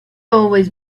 always